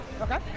Okay